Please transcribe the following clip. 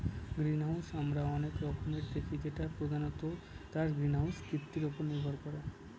greenhouse আমরা অনেক রকমের দেখি যেটা প্রধানত তার গ্রিনহাউস কৃতির উপরে নির্ভর করে